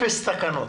אפס תקנות.